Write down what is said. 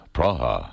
Praha